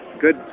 Good